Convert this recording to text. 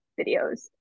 videos